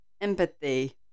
empathy